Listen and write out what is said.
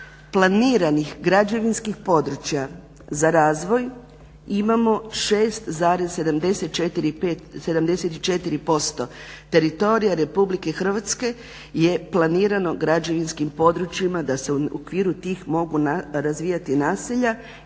planiranih građevinskih područja za razvoj imamo 6,74% teritorija RH je planirano građevinskim područjima da se u okviru tih mogu razvijati naselja,